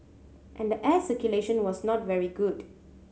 and the air circulation was not very good